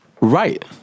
Right